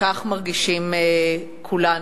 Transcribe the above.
וכך מרגישים כולנו.